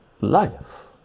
life